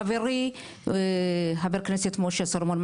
חברי חבר הכנסת משה סולומון,